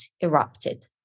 erupted